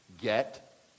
get